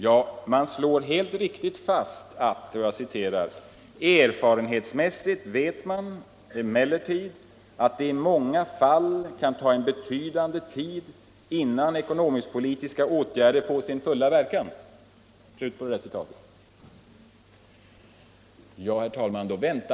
Jo, man slår helt riktigt fast att ”erfarenhetsmässigt vet man emellertid att det i många fall kan ta betydande tid innan ekonomisk-politiska åtgärder får sin fulla verkan”.